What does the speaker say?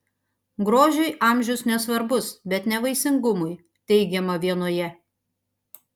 grožiui amžius nesvarbus bet ne vaisingumui teigiama vienoje